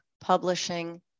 publishing